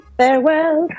farewell